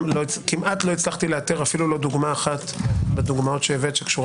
שכמעט לא הצלחתי לאתר איפלו לא דוגמה אחת מהדוגמאות שהבאת שקשורה